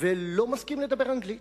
ולא מסכים לדבר אנגלית.